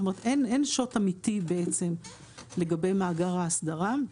זאת אומרת, אין שוט אמיתי בעצם לגבי מאגר האסדרה.